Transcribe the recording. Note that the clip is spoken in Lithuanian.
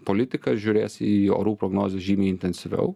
politikas žiūrės į orų prognozes žymiai intensyviau